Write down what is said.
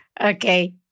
Okay